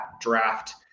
draft